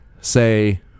say